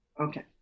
Okay